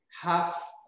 half